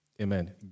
Amen